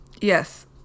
Yes